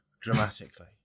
dramatically